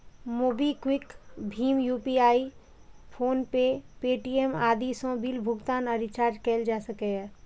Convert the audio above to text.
MobiKwik, भीम UPI, PhonePe, Paytm आदि सं बिल भुगतान आ रिचार्ज कैल जा सकैए